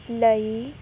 ਲਈ